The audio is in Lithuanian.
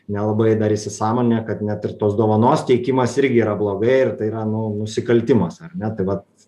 nelabai dar įsisąmoninę kad net ir tos dovanos teikimas irgi yra blogai ir tai yra nu nusikaltimas ar ne tai vat